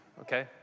okay